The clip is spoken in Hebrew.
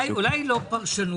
אולי תגידו עובדות, ולא פרשנות?